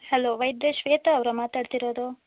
hello ವೈದ್ಯೆ ಶ್ವೇತ ಅವ್ರಾ ಮಾತಾಡ್ತಿರೋದು